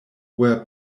were